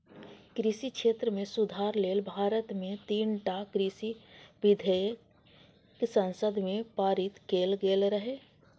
कृषि क्षेत्र मे सुधार लेल भारत मे तीनटा कृषि विधेयक संसद मे पारित कैल गेल रहै